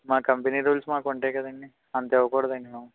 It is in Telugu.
మా కంపెనీ రూల్స్ మాకు ఉంటాయి కాదండి అంత ఇవ్వకూడదు అండి మేము